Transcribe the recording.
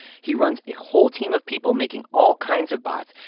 he runs a whole team of people making all kinds of bots.